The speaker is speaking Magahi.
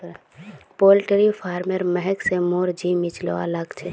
पोल्ट्री फारमेर महक स मोर जी मिचलवा लाग छ